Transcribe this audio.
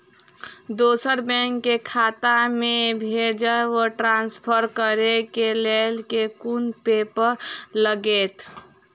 दोसर बैंक केँ खाता मे भेजय वा ट्रान्सफर करै केँ लेल केँ कुन पेपर लागतै?